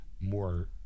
more